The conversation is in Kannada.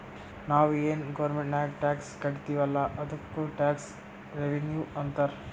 ನಾವು ಏನ್ ಗೌರ್ಮೆಂಟ್ಗ್ ಟ್ಯಾಕ್ಸ್ ಕಟ್ತಿವ್ ಅಲ್ಲ ಅದ್ದುಕ್ ಟ್ಯಾಕ್ಸ್ ರೆವಿನ್ಯೂ ಅಂತಾರ್